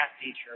teacher